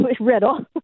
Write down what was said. riddle